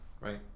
right